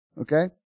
Okay